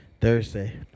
Thursday